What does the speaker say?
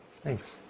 Thanks